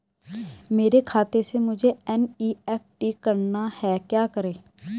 मेरे खाते से मुझे एन.ई.एफ.टी करना है क्या करें?